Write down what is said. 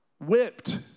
whipped